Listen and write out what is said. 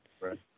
Right